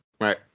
Right